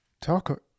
Talk